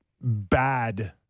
bad